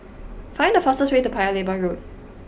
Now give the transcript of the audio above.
find the fastest way to Paya Lebar Road